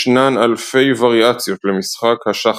ישנן אלפי וריאציות למשחק השחמט.